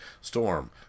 Storm